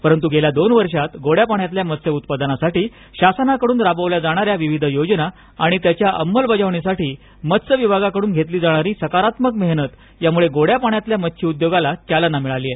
परंतु गेल्या दोन वर्षात गोड्या पाण्यातल्या मत्स्य उत्पादनासाठी शासनाकडून राबवल्या जाणाऱ्या विविध योजना आणि त्यांच्या अंमलबजावणीसाठी मत्स्य विभागाकडून घेतली जाणारी सकारात्मक मेहनत यामुळे गोड्या पाण्यातल्या मच्छी उद्योगाला चालना मिळाली आहे